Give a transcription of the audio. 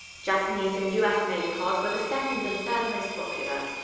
japanese and u s made cars were the second and third most popular.